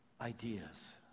ideas